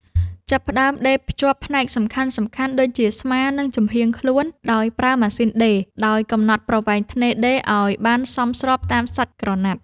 ចាប់ផ្ដើមដេរភ្ជាប់ផ្នែកសំខាន់ៗដូចជា ស្មា និងចំហៀងខ្លួនដោយប្រើម៉ាស៊ីនដេរ ដោយកំណត់ប្រវែងថ្នេរដេរឱ្យបានសមស្របតាមសាច់ក្រណាត់។